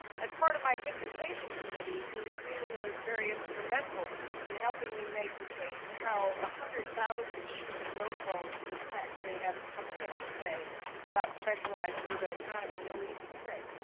as part of my dissertation committee he really was very instrumental in helping me make the case how a hundred thousand sheep and goat loans could actually have something to say about specialized urban economy no easy trick.